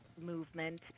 movement